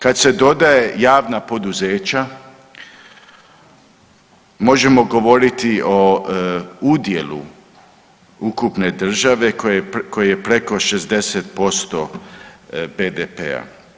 Kad se dodaje javna poduzeća možemo govoriti o udjelu ukupne države koji je preko 60% BDP-a.